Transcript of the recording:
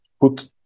put